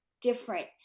different